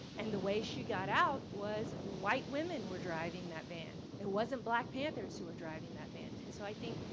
and the way she got out was, white women were driving that van, it wasn't black panthers who were driving that van. and so i think,